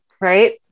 right